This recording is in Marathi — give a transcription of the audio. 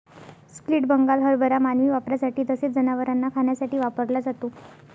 स्प्लिट बंगाल हरभरा मानवी वापरासाठी तसेच जनावरांना खाण्यासाठी वापरला जातो